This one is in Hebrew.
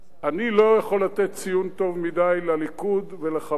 אני לא יכול לתת ציון טוב מדי לליכוד ולחבריו.